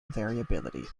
variability